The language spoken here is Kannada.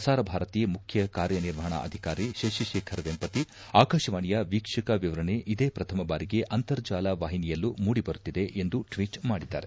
ಪ್ರಸಾರ ಭಾರತಿ ಮುಖ್ಯ ಕಾರ್ಯನಿರ್ವಹಣಾ ಅಧಿಕಾರಿ ಶಶಿಶೇಖರ್ ವೆಂಪತಿ ಆಕಾಶವಾಣಿಯ ವೀಕ್ಷಕ ವಿವರಣೆ ಇದೇ ಪ್ರಥಮ ಬಾರಿಗೆ ಅಂತರ್ಜಾಲ ವಾಹಿನಿಯಲ್ಲೂ ಮೂಡಿಬರುತ್ತಿದೆ ಎಂದು ಟ್ವೀಟ್ ಮಾಡಿದ್ದಾರೆ